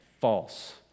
False